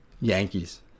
Yankees